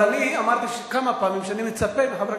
אבל אני אמרתי כמה פעמים שאני מצפה מחברי